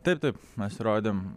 taip taip mes rodėm